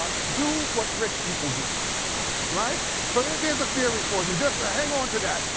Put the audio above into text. ah do what rich people do right? so yeah there's a theory for you. just hang on to that.